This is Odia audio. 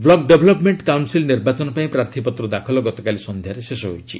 ବ୍ଲକ୍ ଡେଭ୍ଲପ୍ମେଣ୍ଟ କାଉନ୍ସିଲ୍ ନିର୍ବାଚନ ପାଇଁ ପ୍ରାର୍ଥୀପତ୍ର ଦାଖଲ ଗତକାଲି ସନ୍ଧ୍ୟାରେ ଶେଷ ହୋଇଛି